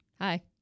Hi